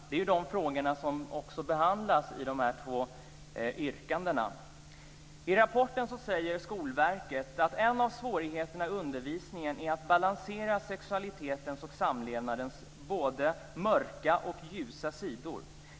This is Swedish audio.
Det är de frågor som också behandlas i de två yrkandena. I rapporten säger Skolverket att en av svårigheterna i undervisningen är att balansera sexualitetens och samlevnadens både mörka och ljusa sidor.